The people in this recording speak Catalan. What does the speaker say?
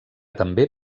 també